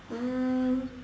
um